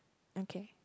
okay